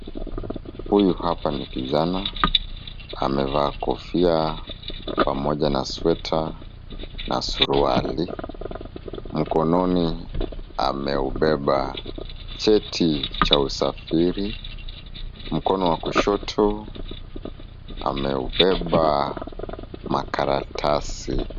Huyu hapa ni kijana amevaa kofia pamoja na sweta na suruali, mkononi amebeba cheti cha usafiri, mkono wa kushota amebeba karatasi.